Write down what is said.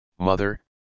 mother